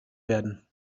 werden